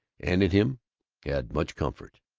and in him had much comfort.